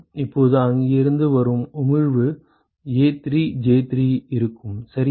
இப்போது இங்கிருந்து வரும் உமிழ்வு A3J3 இருக்கும் சரியா